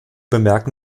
bemerken